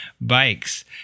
Bikes